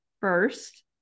first